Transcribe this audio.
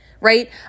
right